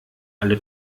alle